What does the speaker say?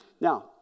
Now